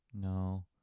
no